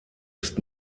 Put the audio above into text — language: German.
ist